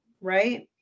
right